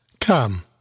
Come